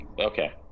okay